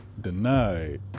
denied